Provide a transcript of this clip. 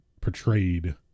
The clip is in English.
portrayed